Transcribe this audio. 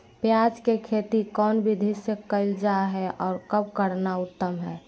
प्याज के खेती कौन विधि से कैल जा है, और कब करना उत्तम है?